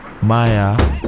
Maya